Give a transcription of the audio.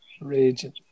Raging